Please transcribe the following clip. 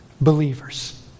believers